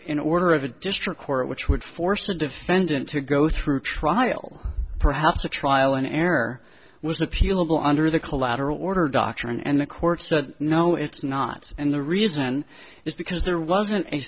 in order of a district court which would force a defendant to go through trial perhaps a trial an error was appealable under the collateral order doctrine and the court said no it's not and the reason is because there wasn't a